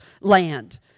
land